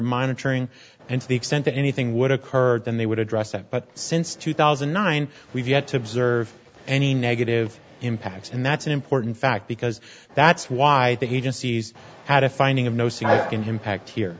monitoring and to the extent that anything would occur then they would address that but since two thousand and nine we've yet to observe any negative impacts and that's an important fact because that's why the agencies had a finding of no see i have impact here